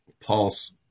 pulse